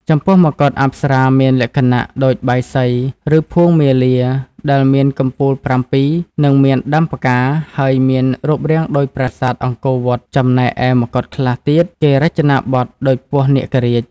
ចំពោះមកុដអប្សរាមានលក្ខណៈដូចបាយសុីឬភួងមាលាដែលមានកំពូលប្រាំពីរនិងមានដាំផ្កាហើយមានរូងរាងដូចប្រាសាទអង្គរវត្តចំណែកឯមកុដខ្លះទៀតគេរចនាបថដូចពស់នាគរាជ។